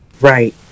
right